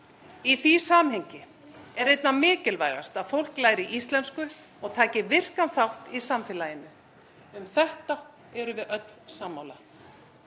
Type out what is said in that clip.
Í því samhengi er einna mikilvægast að fólk læri íslensku og taki virkan þátt í samfélaginu. Um þetta erum við öll sammála.